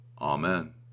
Amen